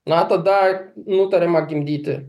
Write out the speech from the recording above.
na tada nutariam ar gimdyti